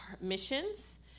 missions